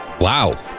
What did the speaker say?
Wow